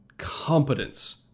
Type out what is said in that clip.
competence